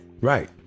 right